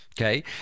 Okay